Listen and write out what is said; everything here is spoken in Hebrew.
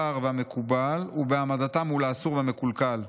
והמקובל ובהעמדתם מול האסור והמקולקל.